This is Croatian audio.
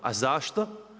A zašto?